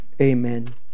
Amen